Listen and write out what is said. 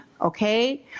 Okay